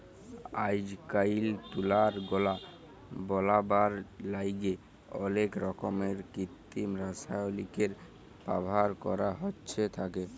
আইজকাইল তুলার গলা বলাবার ল্যাইগে অলেক রকমের কিত্তিম রাসায়লিকের ব্যাভার ক্যরা হ্যঁয়ে থ্যাকে